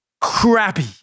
crappy